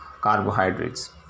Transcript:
carbohydrates